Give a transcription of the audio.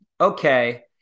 okay